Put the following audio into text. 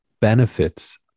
benefits